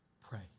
pray